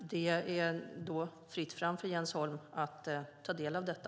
Det är fritt fram också för Jens Holm att ta del av detta.